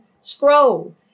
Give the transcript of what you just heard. scroll